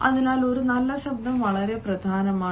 അതിനാൽ ഒരു നല്ല ശബ്ദം വളരെ പ്രധാനമാണ്